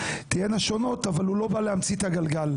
תהיינה שונות אבל הוא לא בא להמציא את הגלגל.